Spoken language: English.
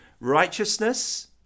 Righteousness